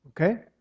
okay